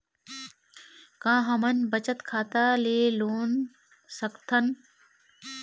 का हमन बचत खाता ले लोन सकथन?